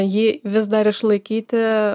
ji vis dar išlaikyti